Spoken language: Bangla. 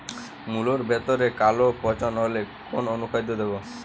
মুলোর ভেতরে কালো পচন হলে কোন অনুখাদ্য দেবো?